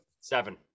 Seven